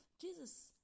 Jesus